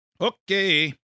Okay